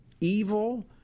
evil